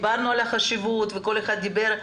דיברנו על החשיבות וכל אחד דיבר.